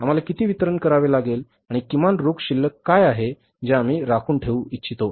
आम्हाला किती वितरण करावे लागेल आणि किमान रोख शिल्लक काय आहे जे आम्ही राखून ठेऊ इच्छितो